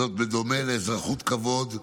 זאת, בדומה לאזרחות כבוד,